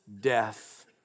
death